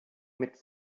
mit